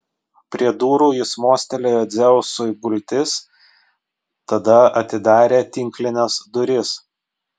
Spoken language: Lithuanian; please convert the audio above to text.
prie durų jis mostelėjo dzeusui gultis tada atidarė tinklines duris